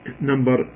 number